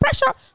pressure